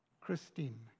Christine